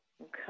Okay